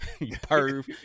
perv